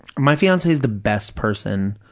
my fiance is the best person